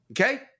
Okay